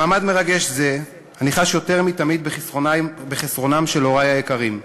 במעמד מרגש זה אני חש יותר מתמיד בחסרונם של הורי היקרים,